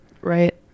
Right